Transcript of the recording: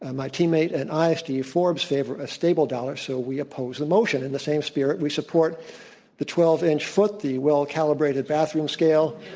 ah my teammate and i, steve forbes favor a stable dollar so we oppose the motion in the same spirit we support the twelve inch foot, the well calibrated bathroom scale,